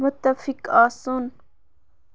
مُتفِق آسُن